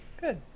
Good